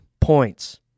points